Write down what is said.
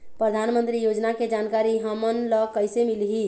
परधानमंतरी योजना के जानकारी हमन ल कइसे मिलही?